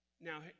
Now